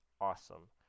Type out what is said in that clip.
Awesome